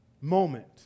moment